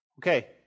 Okay